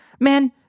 Man